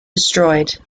destroyed